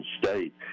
State